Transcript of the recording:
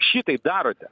šitaip darote